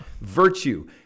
Virtue